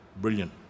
brilliant